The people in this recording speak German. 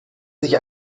sich